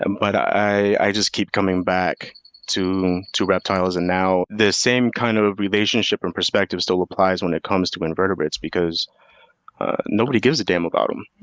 and but i i just keep coming back to to reptiles. and now the same kind of relationship and perspective still applies when it comes to invertebrates because nobody gives a damn about um